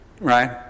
right